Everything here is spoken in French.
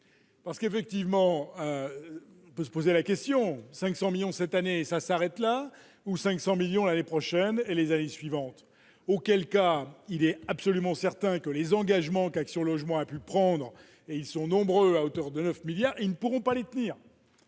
Parce qu'effectivement, peut se poser la question : 500 millions cette année, ça s'arrête là où 500 millions l'année prochaine et les années suivantes, auquel cas il est absolument certain que les engagements qu'Action Logement a pu prendre, et ils sont nombreux à hauteur de 9 milliards, ils ne pourront pas détenir.